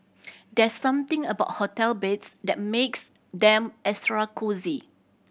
there's something about hotel beds that makes them extra cosy